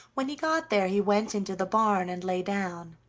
when he got there he went into the barn and lay down,